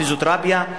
פיזיותרפיה,